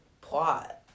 plot